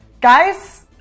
Guys